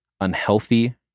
unhealthy